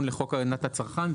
לחוק הגנת הצרכן,